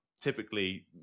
typically